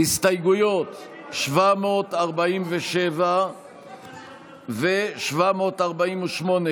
הסתייגות 747 והסתייגות 748,